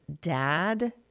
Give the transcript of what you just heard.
dad